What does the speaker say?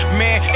man